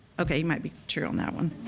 okay you might be true on that one.